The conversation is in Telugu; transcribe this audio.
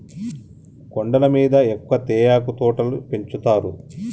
కొండల మీద ఎక్కువ తేయాకు తోటలు పెంచుతారు